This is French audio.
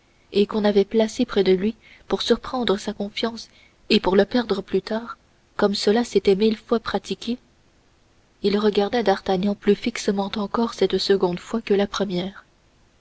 et qu'on avait placé près de lui pour surprendre sa confiance et pour le perdre plus tard comme cela s'était mille fois pratiqué il regarda d'artagnan plus fixement encore cette seconde fois que la première